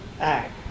act